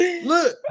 Look